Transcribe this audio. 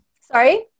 Sorry